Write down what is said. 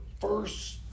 first